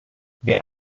wir